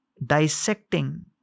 dissecting